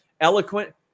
Eloquent